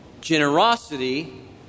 generosity